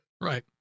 Right